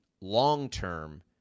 long-term